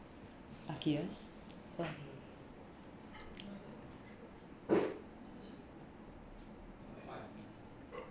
luckiest